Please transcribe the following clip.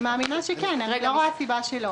אני מאמינה שכן, אני לא רואה סיבה שלא.